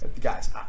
Guys